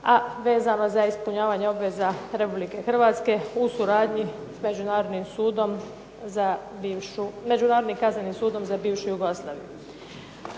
a vezano za ispunjavanje obveza Republike Hrvatske u suradnji sa Međunarodnim kaznenim sudom za bivšu Jugoslaviju.